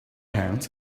hand